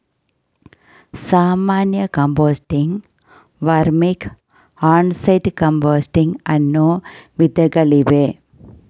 ಸಾಮಾನ್ಯ composting, vermic, on site composting ಅನ್ನೂ ವಿಧಗಳಿವೆ